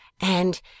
And